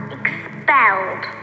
expelled